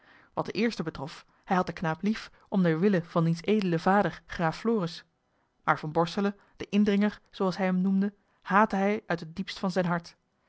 wat den eerste betrof hij had den knaap lief om der wille van diens edelen vader graaf floris maar van borselen den indringer zooals hij hem noemde haatte hij uit het diepst van zijn hart